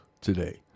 today